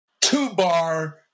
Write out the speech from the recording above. two-bar